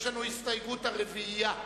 יש לנו הסתייגות הרביעייה,